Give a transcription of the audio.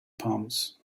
palms